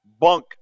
Bunk